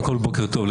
בוקר טוב.